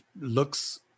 looks